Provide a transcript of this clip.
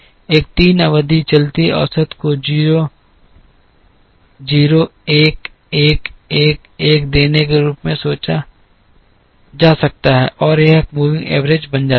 एक 3 अवधि चलती औसत को वजन 0 0 1 1 1 1 देने के रूप में सोचा जा सकता है और यह एक मूविंग एवरेज बन जाता है